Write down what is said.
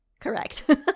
Correct